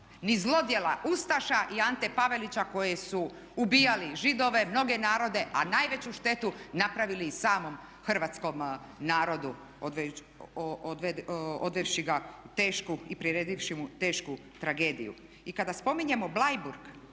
Ni zlodjela ustaša i Ante Pavelića koji su ubijali židove i mnoge narode a najveću štetu napravili i samom hrvatskom narodu odvevši ga u tešku i priredivši tragediju. I kada spominjemo Bleiburg,